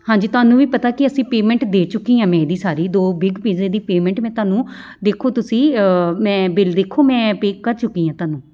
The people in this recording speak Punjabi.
ਹਾਂਜੀ ਤੁਹਾਨੂੰ ਵੀ ਪਤਾ ਕਿ ਅਸੀਂ ਪੇਮੈਂਟ ਦੇ ਚੁੱਕੀ ਹਾਂ ਮੈਂ ਇਹਦੀ ਸਾਰੀ ਦੋ ਬਿੱਗ ਪੀਜ਼ੇ ਦੀ ਪੇਮੈਂਟ ਮੈਂ ਤੁਹਾਨੂੰ ਦੇਖੋ ਤੁਸੀਂ ਮੈਂ ਬਿਲ ਦੇਖੋ ਮੈਂ ਪੇਅ ਕਰ ਚੁੱਕੀ ਹਾਂ ਤੁਹਾਨੂੰ